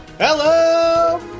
Hello